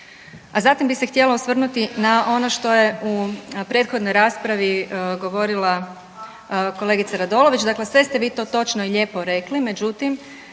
A zatim bih se htjela osvrnuti na ono što je u prethodnoj raspravi govorila kolegica Radolović, dakle sve ste vi to točno i lijepo rekli, međutim